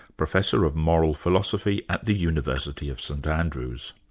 professor of moral philosophy at the university of st andrews.